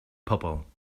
pobl